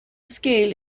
scale